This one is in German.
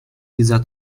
dieser